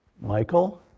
Michael